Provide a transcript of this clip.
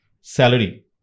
salary